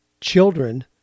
children